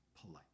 polite